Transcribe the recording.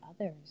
others